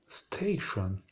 station